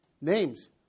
names